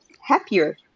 happier